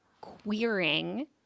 queering